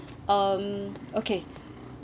um okay